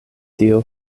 dio